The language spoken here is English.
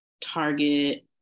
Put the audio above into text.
target